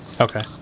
Okay